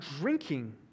drinking